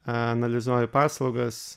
analizuoju paslaugas